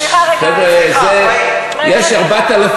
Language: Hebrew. סליחה, 40. יש 4,000